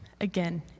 again